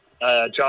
John